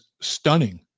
stunning